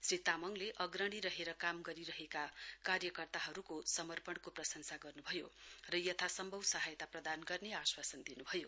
श्री तामङले अग्रणी रहेर काम गरिरहेका कार्यकर्ताहरुको समर्पगको प्रशंसा गर्नुभयो र हर सहायता प्रदान गर्ने आश्वासन दिनुभयो